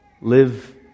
live